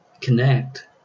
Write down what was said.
connect